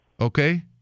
Okay